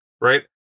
Right